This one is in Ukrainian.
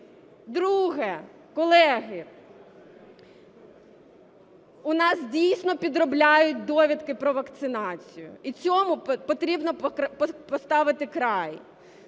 Друге. Колеги, в нас дійсно підробляють довідки про вакцинацію, і цьому потрібно поставити край.